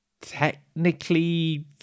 technically